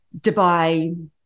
Dubai